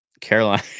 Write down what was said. Caroline